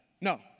No